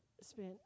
spent